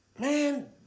Man